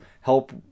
help